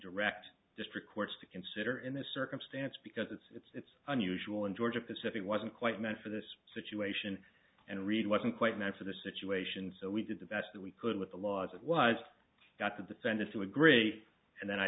direct district courts to consider in this circumstance because it's unusual in georgia pacific wasn't quite meant for this situation and read wasn't quite meant for the situation so we did the best that we could with the law as it was got the defendant to agree and then i